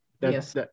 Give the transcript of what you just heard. Yes